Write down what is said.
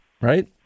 Right